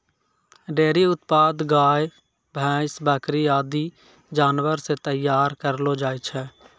dairy उत्पाद गाय, भैंस, बकरी आदि जानवर सें तैयार करलो जाय छै